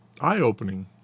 eye-opening